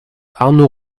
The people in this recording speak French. arnaud